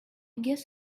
guess